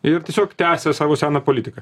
ir tiesiog tęsia savo seną politiką